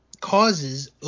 causes